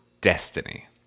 destiny